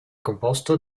composto